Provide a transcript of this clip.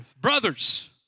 brothers